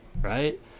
right